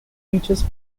teaches